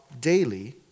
daily